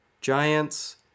Giants